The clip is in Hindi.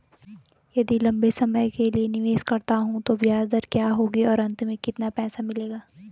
यदि लंबे समय के लिए निवेश करता हूँ तो ब्याज दर क्या होगी और अंत में कितना पैसा मिलेगा?